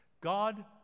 God